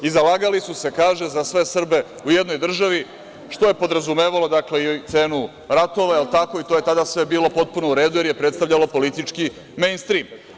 I, zalagali su kaže za sve Srbe i jednoj državi, što je podrazumevalo dakle i cenu ratova, i to je tada bilo potpuno u redu, jer je pretstavljalo politički mejnstrim.